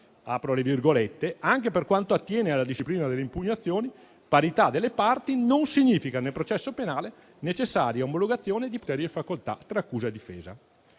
ha ribadito che: «anche per quanto attiene alla disciplina delle impugnazioni, parità delle parti non significa, nel processo penale, necessaria omologazione di poteri e facoltà tra accusa e difesa».